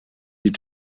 die